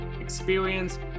experience